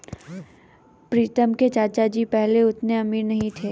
प्रीतम के चाचा जी पहले उतने अमीर नहीं थे